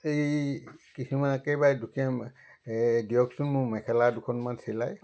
এই কিছুমান একেবাৰে দুখীয়া দিয়কচোন মোৰ মেখেলা দুখনমান চিলাই